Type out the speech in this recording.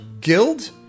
guild